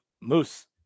Moose